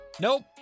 Nope